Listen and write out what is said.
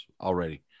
already